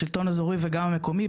השלטון האזורי וגם המקומי,